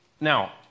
Now